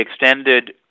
extended